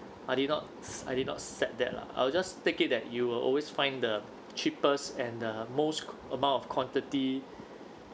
I did not s~ I did not set that ah I will just take it that you will always find the cheapest and the most amount of quantity